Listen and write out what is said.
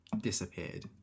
Disappeared